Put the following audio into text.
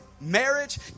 Marriage